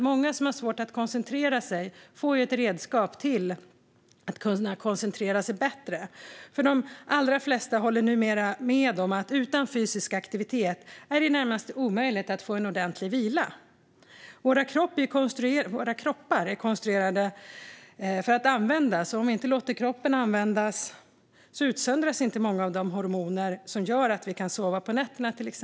Många som har svårt att koncentrera sig får ett redskap för att kunna koncentrera sig bättre. De allra flesta håller numera med om att utan fysisk aktivitet är det i det närmaste omöjligt att få ordentlig vila. Våra kroppar är konstruerade för att användas, och om vi inte låter kroppen användas utsöndras inte många av de hormoner som till exempel gör att vi kan sova på nätterna.